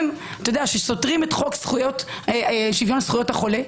שסותרים את חוק שוויון זכויות החולה,